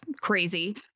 crazy